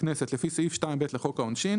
הכנסת לפי סעיף 2(ב) לפי חוק העונשין,